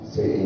Say